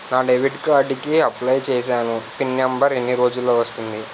నా debit card కి apply చూసాను పిన్ నంబర్ ఎన్ని రోజుల్లో వస్తుంది?